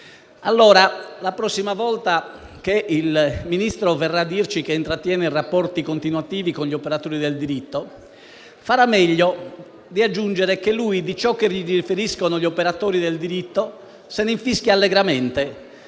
Governo. La prossima volta che il Ministro verrà a dirci che intrattiene rapporti continuativi con gli operatori del diritto, farà allora meglio ad aggiungere che lui, di ciò che gli riferiscono gli operatori del diritto, se ne infischia allegramente.